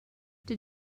did